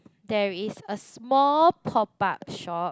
there is a small pop up shop